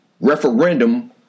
referendum